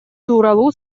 тууралуу